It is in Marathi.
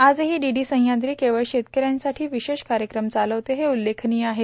आजही डीडी सह्याद्री केवळ शेतकऱ्यांशी विशेष कार्यक्रम चालवते हे उल्लेखनीय आहे